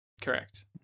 Correct